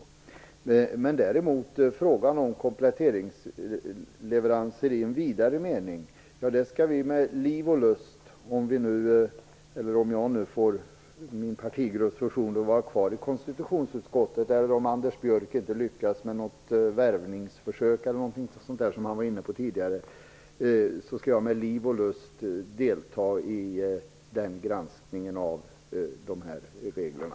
När det däremot gäller frågan om kompletteringsleveranser i en vidare mening skall jag med liv och lust - om jag får min partigrupps förtroende att vara kvar i konstitutionsutskottet och om Anders Björck inte lyckas med något värvningsförsök eller liknande som han var inne på tidigare - delta i granskningen av reglerna.